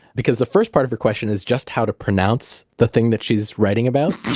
because the first part of her question is just how to pronounce the thing that she's writing about,